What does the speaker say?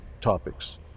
topics